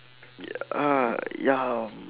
yeah ah ya mm